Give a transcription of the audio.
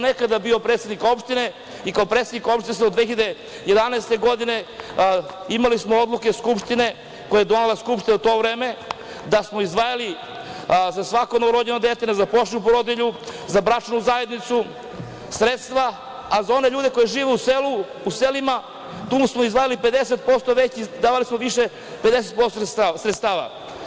Nekada sam bio predsednik opštine i kao predsednik opštine do 2011. godine imali smo odluke Skupštine, koje je donela Skupština u to vreme, da smo izdvajali za svako novorođeno dete, nezaposlenu porodilju, za bračnu zajednicu sredstva, a za one ljude koji žive u selima tu smo davali 50% sredstava.